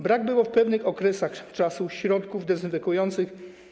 Brak było w pewnych okresach środków dezynfekujących.